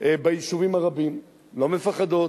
ביישובים הרבים, לא מפחדות.